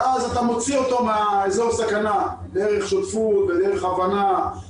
ואז אתה מוציא אותו מאזור הסכנה דרך שותפות ודרך הבנה.